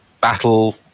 battle